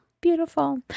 Beautiful